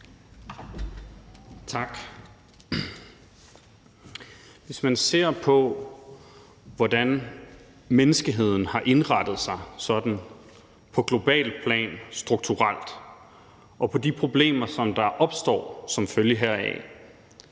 Hvis man ser på, hvordan menneskeheden har indrettet sig sådan på globalt plan strukturelt, og på de problemer, som der opstår som følge heraf,